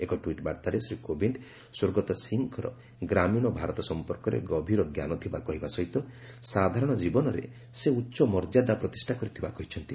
ଏକ ଟ୍ୱିଟ୍ ବାର୍ତ୍ତାରେ ଶ୍ରୀ କୋବିନ୍ଦ ସ୍ୱର୍ଗତ ସିଂହଙ୍କର ଗ୍ରାମୀଣ ଭାରତ ସମ୍ପର୍କରେ ଗଭୀର ଜ୍ଞାନ ଥିବା କହିବା ସହିତ ସାଧାରଣ ଜୀବନରେ ସେ ଉଚ୍ଚ ମର୍ଯ୍ୟାଦା ପ୍ରତିଷ୍ଠା କରିଥିବା କହିଚ୍ଛନ୍ତି